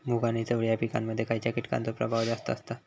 मूग आणि चवळी या पिकांमध्ये खैयच्या कीटकांचो प्रभाव जास्त असता?